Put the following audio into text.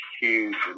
huge